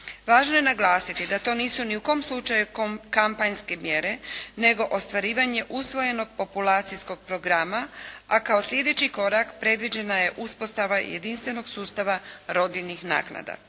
Važno je naglasiti da to nisu ni u kom slučaju kampanjske mjere nego ostvarivanje usvojenog populacijskog programa a kao sljedeći korak predviđena je uspostava jedinstvenog sustava rodiljnih naknada.